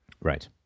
Right